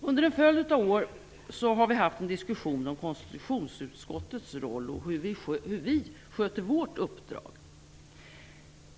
Under en följd av år har det förts en diskussion om konstitutionsutskottets roll och hur vi sköter vårt uppdrag.